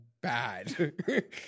bad